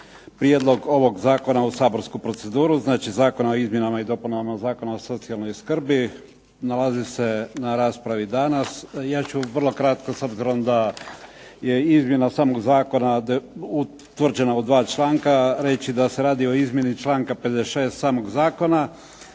prijedlog ovog zakona u saborsku proceduru. Znači Zakona o izmjenama i dopunama Zakona o socijalnoj skrbi. Nalazi se na raspravi danas. Ja ću vrlo kratko s obzirom da je izmjena samog zakona utvrđena u dva članka, reći da se radi o izmjeni članka 56. samoga zakona,